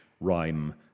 rhyme